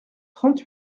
trente